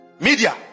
Media